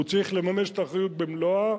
הוא צריך לממש את האחריות במלואה,